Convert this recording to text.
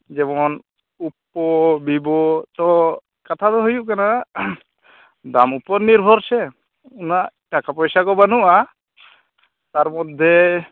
ᱡᱮᱢᱚᱱ ᱚᱯᱯᱳ ᱵᱷᱤᱵᱳ ᱛᱚ ᱠᱟᱛᱷᱟ ᱫᱚ ᱦᱩᱭᱩᱜ ᱠᱟᱱᱟ ᱫᱟᱢ ᱩᱯᱳᱨ ᱱᱤᱨᱵᱷᱚᱨ ᱥᱮ ᱩᱱᱟᱹᱜ ᱴᱟᱠᱟ ᱯᱚᱭᱥᱟ ᱠᱚ ᱵᱟᱹᱱᱩᱜᱼᱟ ᱛᱟᱨ ᱢᱚᱫᱽᱫᱷᱮ